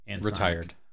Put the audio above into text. retired